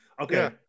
Okay